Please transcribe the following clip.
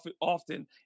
often